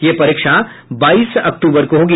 यह परीक्षा बाईस अक्टूबर को होगी